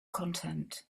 content